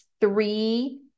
three